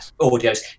audios